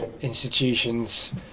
institutions